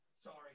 sorry